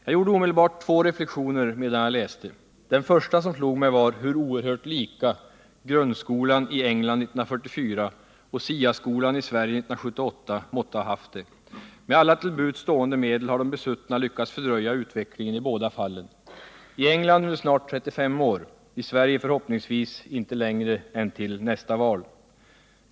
Jag gjorde omedelbart två reflexioner medan jag läste. Det första som slog mig var hur oerhört lika grundskolan i England 1944 och SIA-skolan i Sverige 1978 måtte ha haft det. Med alla till buds stående medel har de besuttna lyckats fördröja utvecklingen i båda fallen. I England under snart 35 år, i Sverige förhoppningsvis inte längre än till nästa val.